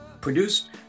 produced